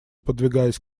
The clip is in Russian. подвигаясь